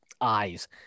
eyes